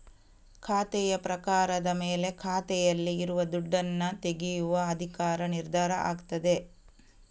ಖಾತೆಯ ಪ್ರಕಾರದ ಮೇಲೆ ಖಾತೆಯಲ್ಲಿ ಇರುವ ದುಡ್ಡನ್ನ ತೆಗೆಯುವ ಅಧಿಕಾರ ನಿರ್ಧಾರ ಆಗ್ತದೆ